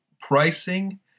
pricing